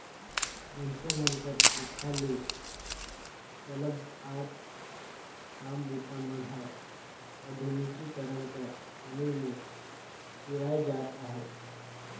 मइनसे मन कर पुरखा ले चलत आत काम बूता मन हर आधुनिकीकरन कर समे मे सिराए जात अहे